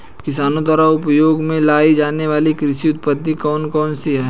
किसानों द्वारा उपयोग में लाई जाने वाली कृषि पद्धतियाँ कौन कौन सी हैं?